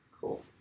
Cool